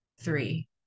three